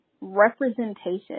representation